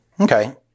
Okay